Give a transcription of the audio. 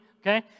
Okay